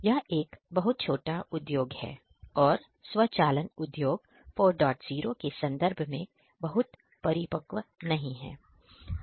यह एक बहुत छोटा उद्योग है और स्वचालन उद्योग 40 के संदर्भ में बहुत परिपक्व नहीं है